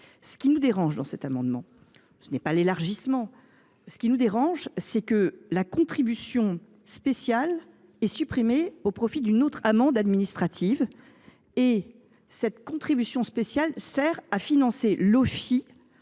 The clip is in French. Ce qui me dérange dans ces deux amendements, ce n’est pas l’élargissement du périmètre de l’amende : c’est que la contribution spéciale est supprimée au profit d’une autre amende administrative. Or cette contribution spéciale sert à financer